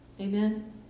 Amen